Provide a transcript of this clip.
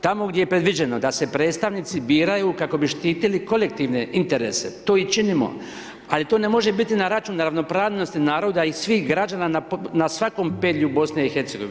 Tamo gdje je predviđeno da se predstavnici biraju kako bi štitili kolektivne interese, to i činimo ali to ne može biti na račun ravnopravnosti naroda i svih građana na svakom pedlju BiH.